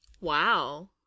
Wow